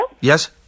Yes